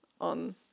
on